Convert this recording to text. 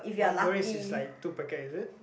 one durian is like two packet is it